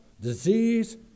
disease